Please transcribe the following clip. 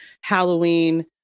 Halloween